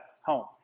home